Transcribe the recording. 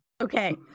Okay